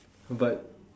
but